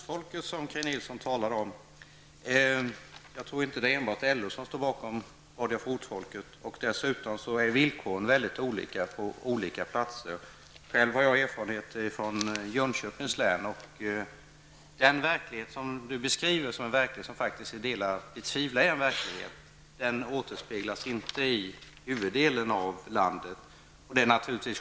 Fru talman! Jag tror inte att enbart LO står bakom radio Fotfolket, som Kaj Nilsson talade om. Dessutom är villkoren för närradiosändningar mycket olika på skilda platser. Själv har jag erfarenheter från Jönköpings län. Den verklighet som Kaj Nilsson beskriver återspeglas inte i huvuddelen av landets närradioområden.